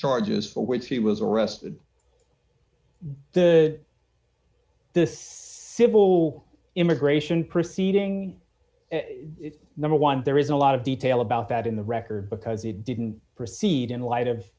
charges for which he was arrested the civil immigration proceeding number one there is a lot of detail about that in the record because it didn't proceed in light of